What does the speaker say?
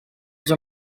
già